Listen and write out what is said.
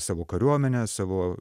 savo kariuomenę savo